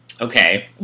Okay